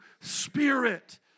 spirit